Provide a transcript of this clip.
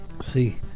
see